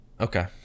Okay